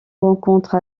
rencontre